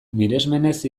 miresmenez